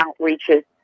outreaches